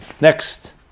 next